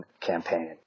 campaign